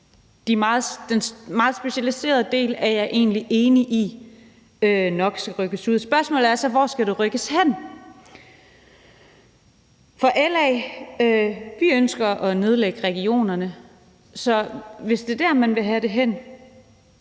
den meget specialiserede del er jeg egentlig enig i nok skal rykkes ud af kommunerne. Spørgsmålet er så: Hvor skal det rykkes hen? For LA ønsker at nedlægge regionerne, så hvis det er der, man vil have det hen,